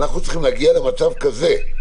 אנחנו צריכים להגיע למצב כזה,